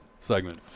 segment